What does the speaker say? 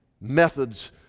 methods